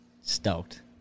stoked